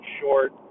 short